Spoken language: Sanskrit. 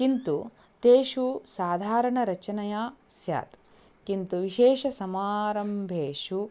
किन्तु तेषु साधारणरचनया स्यात् किन्तु विशेषसमारम्भेषु